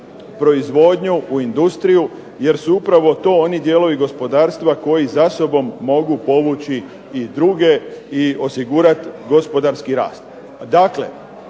proizvodnju, u industriju jer su upravo to oni dijelovi gospodarstva koji za sobom mogu povući i druge i osigurati gospodarski rast.